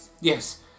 Yes